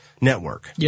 network